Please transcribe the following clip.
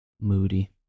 Moody